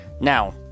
Now